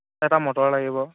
এটা মটৰ লাগিব